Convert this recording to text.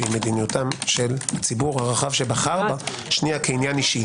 שהיא מדיניות הציבור הרחב שבחר בה כעניין אישי.